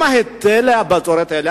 גם היטלי הבצורת האלה,